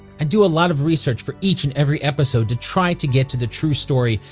and do a lot of research for each and every episode to try to get to the true story.